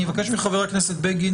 אני אבקש מחבר הכנסת בגין